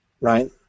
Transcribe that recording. right